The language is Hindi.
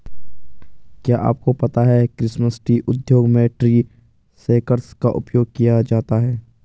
क्या आपको पता है क्रिसमस ट्री उद्योग में ट्री शेकर्स का उपयोग किया जाता है?